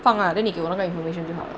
放 ah then 你给我那个 information 就好了